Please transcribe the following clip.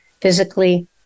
physically